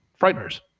Frighteners